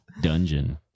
dungeon